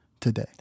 today